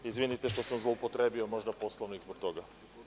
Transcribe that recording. Izvinite što sam zloupotrebio možda Poslovnik zbog toga.